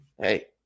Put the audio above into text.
Hey